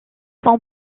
son